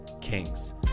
kings